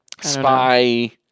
Spy